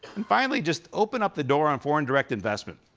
and finally, just open up the door on foreign direct investment.